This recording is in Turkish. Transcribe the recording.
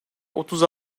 otuz